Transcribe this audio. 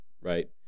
right